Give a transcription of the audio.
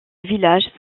village